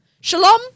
Shalom